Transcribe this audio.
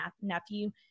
nephew